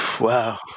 Wow